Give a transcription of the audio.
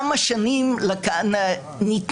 כמה שנים ניתנו.